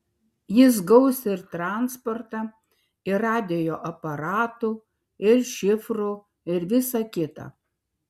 jis gaus ir transportą ir radijo aparatų ir šifrų ir visa kita